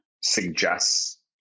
suggests